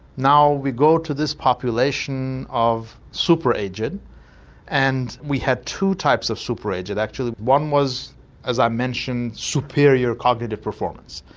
now we go to this population of super-aged and we had two types of super-aged, actually. one was as i mentioned superior cognitive performance,